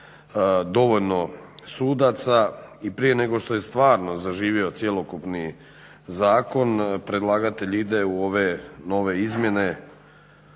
dovoljno sudaca i prije nego što je stvarno zaživio cjelokupni zakon predlagatelj ide u ove nove izmjene